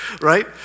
Right